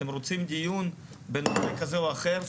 אתם רוצים דיון בנושא כזה או אחר?